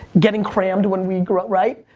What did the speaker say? getting crammed when we grow, right?